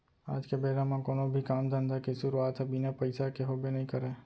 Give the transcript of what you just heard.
आज के बेरा म कोनो भी काम धंधा के सुरूवात ह बिना पइसा के होबे नइ करय